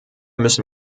müssen